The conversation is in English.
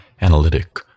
analytic